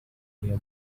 near